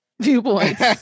viewpoints